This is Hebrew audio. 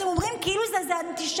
אתם אומרים שזה כאילו איזה אנטישמיות,